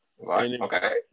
okay